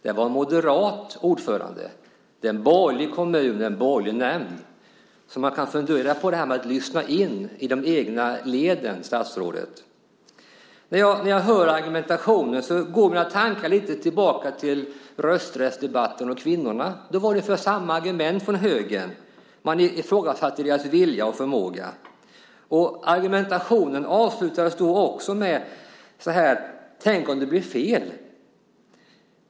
Det var en moderat ordförande. Det är en borgerlig kommun med en borgerlig nämnd. Man kan fundera på detta med att lyssna in i de egna leden, statsrådet. När jag hör argumentationen går mina tankar tillbaka till rösträttsdebatten och kvinnorna. Då hade högern ungefär samma argument. Man ifrågasatte kvinnornas vilja och förmåga. Argumentationen avslutades även då med "tänk om det blir fel".